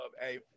Hey